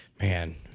man